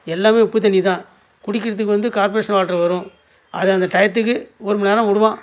எல்லாமே உப்பு தண்ணி தான் குடிக்கிறதுக்கு வந்து கார்ப்பரேஷன் வாட்ரு வரும் அது அந்த டையத்துக்கு ஒரு மணிநேரம் விடுவான்